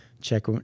check